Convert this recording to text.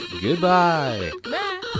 goodbye